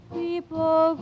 people